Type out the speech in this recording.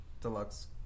Deluxe